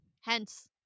hence